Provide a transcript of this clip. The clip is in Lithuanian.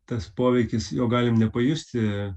tas poveikis jo galim nepajusti